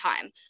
time